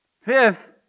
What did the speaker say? Fifth